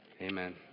amen